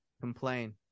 Complain